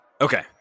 Okay